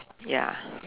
ya